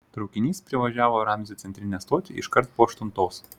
traukinys privažiavo ramzio centrinę stotį iškart po aštuntos